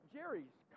Jerry's